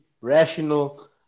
rational